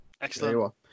Excellent